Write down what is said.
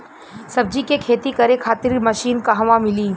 सब्जी के खेती करे खातिर मशीन कहवा मिली?